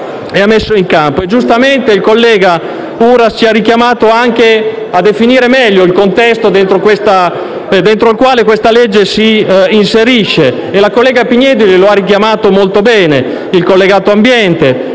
La collega Pignedoli lo ha richiamato molto bene: il collegato ambiente,